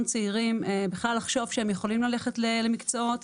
צעירים בכלל לחשוב שהם יכולים ללכת למקצועות,